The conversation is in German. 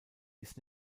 ist